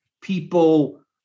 people